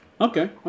okay